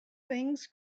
things